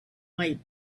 might